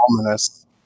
Ominous